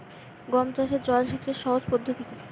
গম চাষে জল সেচের সহজ পদ্ধতি কি?